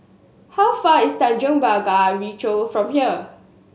how far is Tanjong Pagar Ricoh from here